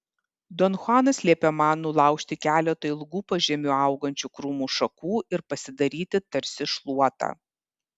don chuanas liepė man nulaužti keletą ilgų pažemiu augančių krūmų šakų ir pasidaryti tarsi šluotą